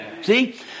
See